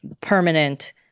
permanent